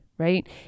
Right